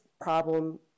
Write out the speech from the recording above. problem